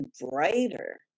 brighter